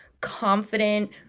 confident